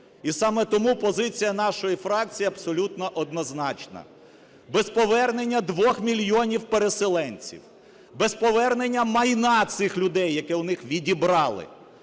І саме тому позиція нашої фракція абсолютно однозначна: без повернення двох мільйонів переселенців, без повернення майна цих людей, яке у них відібрали,